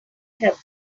have